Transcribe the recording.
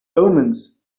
omens